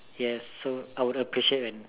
yes so I would appreciate when